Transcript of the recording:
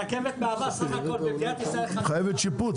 הרכבת מהווה במדינת ישראל סך הכול --- היא חייבת שיפוץ.